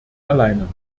alleine